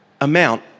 amount